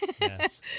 Yes